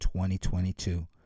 2022